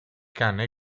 cane